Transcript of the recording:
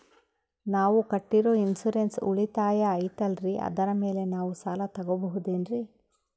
ನಾವು ಕಟ್ಟಿರೋ ಇನ್ಸೂರೆನ್ಸ್ ಉಳಿತಾಯ ಐತಾಲ್ರಿ ಅದರ ಮೇಲೆ ನಾವು ಸಾಲ ತಗೋಬಹುದೇನ್ರಿ?